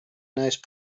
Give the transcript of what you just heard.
nice